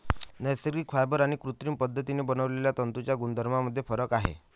नैसर्गिक फायबर आणि कृत्रिम पद्धतीने बनवलेल्या तंतूंच्या गुणधर्मांमध्ये फरक आहे